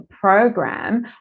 program